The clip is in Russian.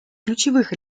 ключевых